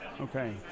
Okay